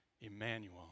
Emmanuel